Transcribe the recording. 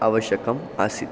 आवश्यकम् आसीत्